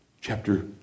Chapter